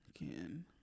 again